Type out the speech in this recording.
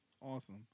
Awesome